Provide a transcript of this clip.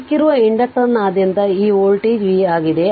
ಆದ್ದರಿಂದ ಸಿಕ್ಕಿರುವ ಇಂಡಕ್ಟರ್ನಾದ್ಯಂತ ಈ ವೋಲ್ಟೇಜ್ v ಆಗಿದೆ